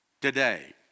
today